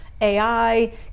AI